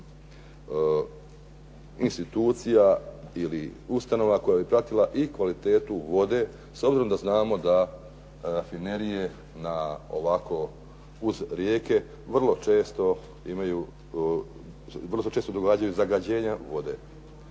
institucija ili ustanova koja bi pratila i kvalitetu vode, s obzirom da znamo da rafinerije na ovako uz rijeke vrlo često imaju, vrlo